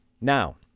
now